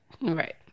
Right